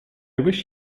wish